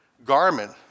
Garment